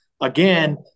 again